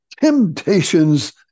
temptations